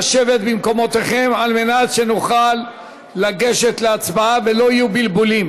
נא לשבת במקומותיכם על מנת שנוכל לגשת להצבעה ולא יהיו בלבולים.